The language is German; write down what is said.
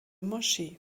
moschee